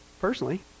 personally